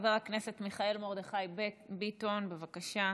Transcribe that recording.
חבר הכנסת מיכאל מרדכי ביטון, בבקשה.